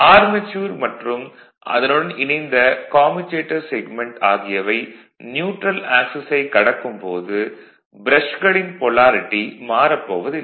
armature மற்றும் அதனுடன் இணைந்த கம்யூடேட்டர் செக்மென்ட் ஆகியவை நியூட்ரல் ஆக்சிஸைக் கடக்கும் போது ப்ரஷ்களின் பொலாரிட்டி மாறப் போவதில்லை